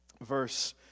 verse